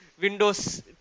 Windows